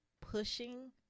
pushing